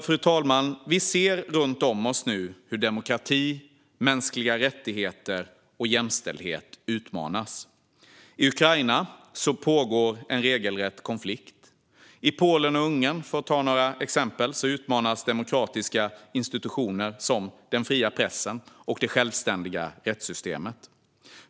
Fru talman! Vi ser runt om oss hur demokrati, mänskliga rättigheter och jämställdhet utmanas. I Ukraina pågår en regelrätt konflikt. I Polen och Ungern, för att ta ett par exempel, utmanas demokratiska institutioner som den fria pressen och det självständiga rättssystemet.